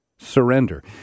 Surrender